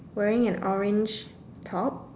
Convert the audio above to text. wearing an orange top